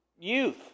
youth